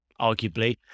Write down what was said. arguably